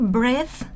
breath